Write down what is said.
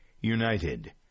United